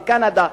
בקנדה.